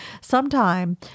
Sometime